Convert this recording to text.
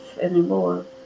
anymore